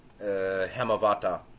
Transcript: hemavata